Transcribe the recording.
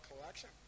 collection